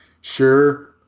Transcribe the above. sure